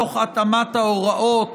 תוך התאמת ההוראות